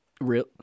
Real